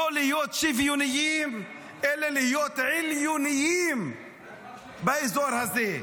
לא להיות שוויוניים אלא להיות עליונים באזור הזה,